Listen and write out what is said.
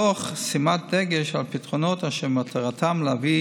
תוך שימת דגש על פתרונות אשר מטרתם להביא